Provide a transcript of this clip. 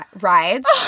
rides